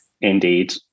indeed